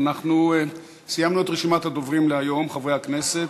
אנחנו סיימנו את רשימת הדוברים להיום, חברי הכנסת.